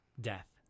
death